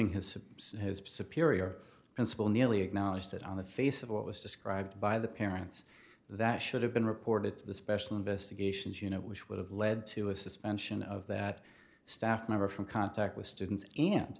including his superior and civil nearly acknowledged it on the face of what was described by the parents that should have been reported to the special investigations unit which would have led to a suspension of that staff member from contact with students and